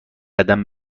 قدم